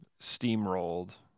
steamrolled